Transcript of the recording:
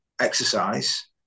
exercise